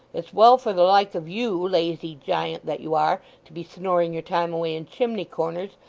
it's well for the like of you, lazy giant that you are, to be snoring your time away in chimney-corners,